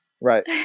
Right